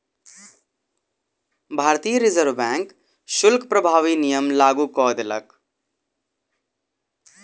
भारतीय reserve bank शुल्क प्रभावी नियम लागू कय देलक